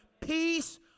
peace